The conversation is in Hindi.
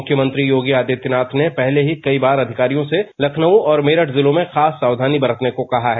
मुख्यमंत्री योगी आदित्यनाथ ने पहले ही कई बार अधिकारियों से लखनऊ और मेरठ जिलों में खास सावधानी बरतने को कहा है